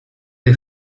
dei